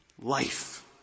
Life